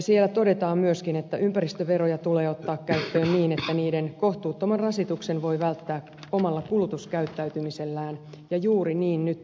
siellä todetaan myöskin että ympäristöveroja tulee ottaa käyttöön niin että niiden kohtuuttoman rasituksen voi välttää omalla kulutuskäyttäytymisellään ja juuri niin nyt tehdään